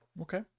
Okay